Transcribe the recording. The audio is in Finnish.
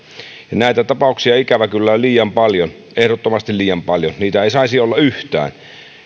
näitä tapauksia ikävä kyllä on liian paljon ehdottomasti liian paljon niitä ei saisi olla yhtään